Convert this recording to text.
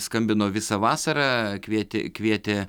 skambino visą vasarą kvietė kvietė